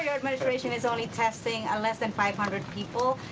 administration is only testing less than five hundred people,